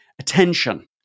attention